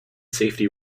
safety